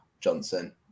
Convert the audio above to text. Johnson